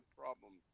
problem